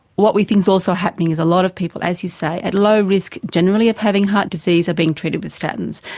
what we think is also happening is a lot of people, as you say, at low risk generally of having heart disease are being treated with statins.